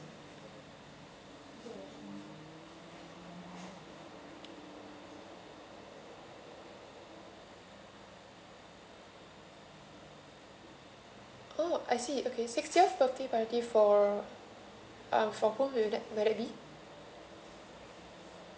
orh I see okay um for